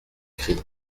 cri